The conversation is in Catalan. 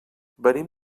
venim